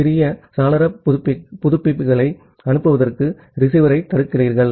சிறிய சாளர புதுப்பிப்புகளை அனுப்புவதற்கு ரிசீவரைத் தடுக்கிறீர்கள்